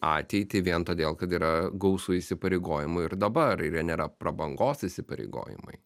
ateitį vien todėl kad yra gausu įsipareigojimų ir dabar jie nėra prabangos įsipareigojimai